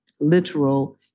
literal